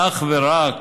אך ורק